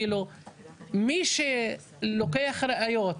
מי שלוקח ראיות